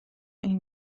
این